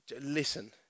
listen